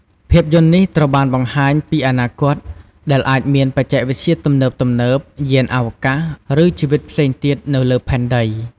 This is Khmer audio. ភាពយន្តនេះត្រូវបានបង្ហាញពីអនាគត ដែលអាចមានបច្ចេកវិទ្យាទំនើបៗ យានអវកាស ឬជីវិតផ្សេងទៀតនៅលើផែនដី ។